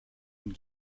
und